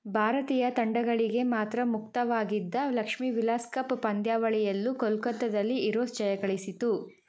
ಭಾರತೀಯ ತಂಡಗಳಿಗೆ ಮಾತ್ರ ಮುಕ್ತವಾಗಿದ್ದ ಲಕ್ಷ್ಮೀ ವಿಲಾಸ್ ಕಪ್ ಪಂದ್ಯಾವಳಿಯಲ್ಲೂ ಕೋಲ್ಕತ್ತದಲ್ಲಿ ಇರೋಸ್ ಜಯಗಳಿಸಿತು